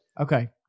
Okay